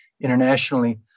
internationally